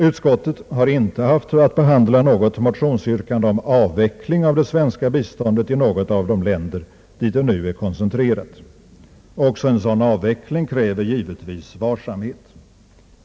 Utskottet har inte haft att behandla något motionsyrkande om avveckling av det svenska biståndet i något av de länder där det nu är koncentrerat. Också en sådan avveckling kräver givetvis vaksamhet.